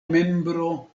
membro